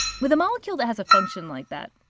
with a molecule that has a function like that,